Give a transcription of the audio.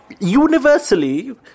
universally